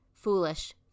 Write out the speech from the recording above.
Foolish